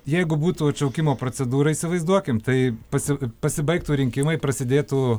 jeigu būtų atšaukimo procedūra įsivaizduokim tai pasi pasibaigtų rinkimai prasidėtų